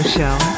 Show